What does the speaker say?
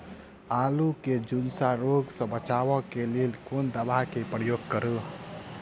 आलु केँ झुलसा रोग सऽ बचाब केँ लेल केँ दवा केँ प्रयोग करू?